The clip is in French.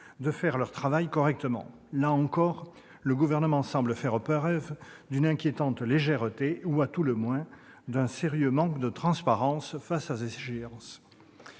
de faire leur travail correctement. Là encore, le Gouvernement semble faire preuve d'une inquiétante légèreté, ou, à tout le moins, d'un sérieux manque de transparence au regard